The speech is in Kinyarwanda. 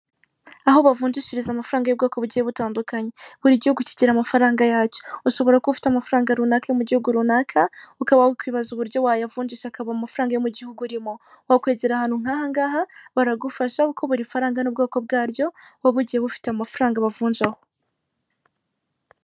Aho bavunjishiriza amafaranga y'ubwoko bugiye butandukanye, buri gihugu kigira amafaranga yacyo ushobora kuba ufite amafaranga runaka mu gihugu runaka ukaba wikwibaza uburyo wayavujisha akaba amafaranga yo mu gihugu urimo. Wakwegera ahantu nk'ahangaha baragufasha kuko buri faranga n'ubwoko bwaryo buba bugiye bufite amafaranga bavunjaho.